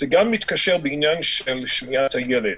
זה גם מתקשר לעניין של שמיעת הילד.